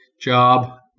job